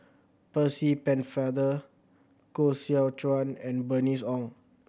Percy Pennefather Koh Seow Chuan and Bernice Ong